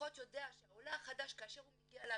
GOV.ILפחות יודע שהעולה החדש, כאשר הוא מגיע לארץ,